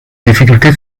difficultés